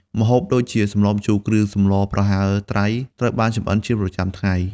ម្ហូបដូចជា សម្លម្ជូរគ្រឿង ឬសម្លរប្រហើរត្រី ត្រូវបានចម្អិនជាប្រចាំថ្ងៃ។